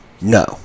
no